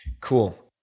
Cool